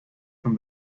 from